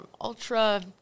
ultra